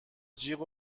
جیغ